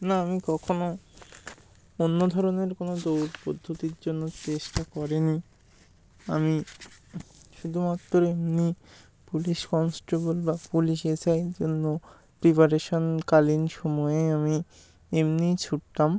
না আমি কখনও অন্য ধরনের কোনো দৌড় পদ্ধতির জন্য চেষ্টা করিনি আমি শুধুমাত্র এমনি পুলিশ কনস্টেবল বা পুলিশ এস আইয়ের জন্য প্রিপারেশান কালীন সময়ে আমি এমনিই ছুটতাম